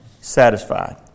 satisfied